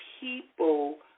people